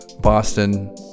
boston